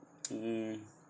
mm